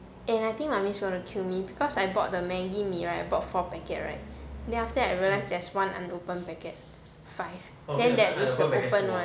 and I think mummy's gonna kill me because I bought the maggi mee right I bought four packet right then after I realise there's one unopened packet five then that is the opened one